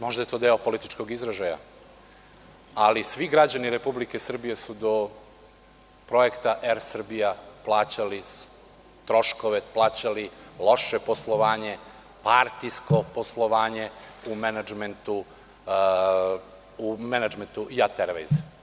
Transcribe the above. Možda je to deo političkog izražaja, ali svi građani Republike Srbije su do projekta „Er Srbija“ plaćali troškove, plaćali loše poslovanje, partijsko poslovanje u menadžmentu „Jat Ervejza“